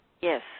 Yes